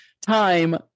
time